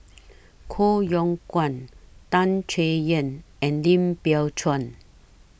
Koh Yong Guan Tan Chay Yan and Lim Biow Chuan